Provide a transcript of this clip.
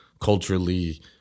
culturally